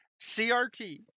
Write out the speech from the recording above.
CRT